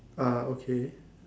ah okay